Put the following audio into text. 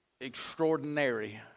extraordinary